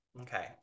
Okay